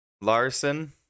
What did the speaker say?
Larson